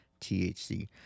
THC